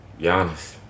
Giannis